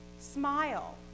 smile